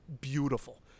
beautiful